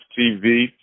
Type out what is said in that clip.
TV